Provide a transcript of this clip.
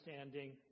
understanding